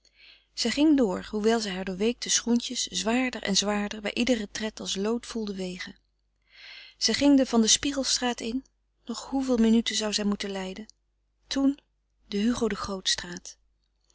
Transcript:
zij ging door hoewel zij haar doorweekte schoentjes zwaarder en zwaarder bij iederen tred als lood voelde wegen zij ging de van de spieghelstraat in nog hoeveel minuten zou zij moeten lijden toen de hugo de